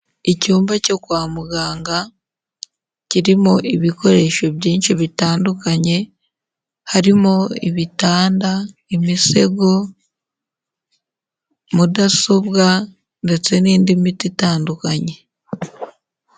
Icyumba cyo kwa muganga kirimo ibikoresho byinshi bitandukanye harimo ibitanda, imisego, mudasobwa, ndetse n'indi miti itandukanye.